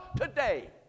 today